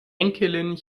enkelin